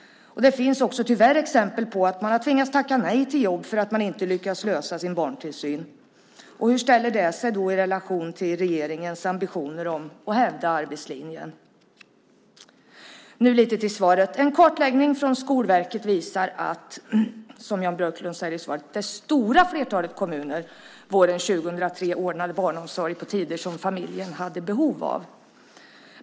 Det finns också tyvärr exempel på att man har tvingats tacka nej till jobb för att man inte lyckats lösa sin barntillsyn. Hur ställer det sig i relation till regeringens ambitioner att hävda arbetslinjen? Nu går jag till svaret. En kartläggning från Skolverket visar, säger Jan Björklund i svaret, att det stora flertalet kommuner våren 2003 ordnade barnomsorg på tider som familjen hade behov av.